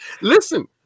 Listen